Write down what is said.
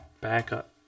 backup